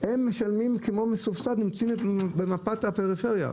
הם משלמים מסובסד ונמצאים במפת הפריפריה.